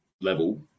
level